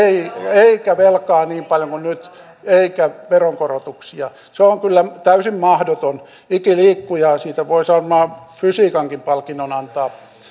eikä velkaa niin paljon kuin nyt eikä veronkorotuksia se on kyllä täysin mahdoton ikiliikkuja siitä voisi varmaan fysiikankin palkinnon antaa